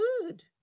good